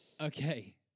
Okay